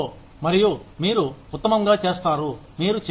మరియు మీరు ఉత్తమంగా చేస్తారు మీరు చేయవచ్చు